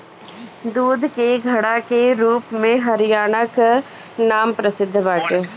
दूध के घड़ा के रूप में हरियाणा कअ नाम प्रसिद्ध बाटे